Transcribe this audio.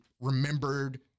remembered